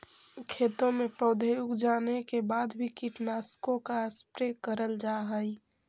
खेतों में पौधे उग जाने के बाद भी कीटनाशकों का स्प्रे करल जा हई